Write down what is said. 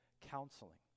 Counseling